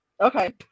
Okay